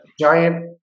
giant